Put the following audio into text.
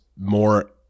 more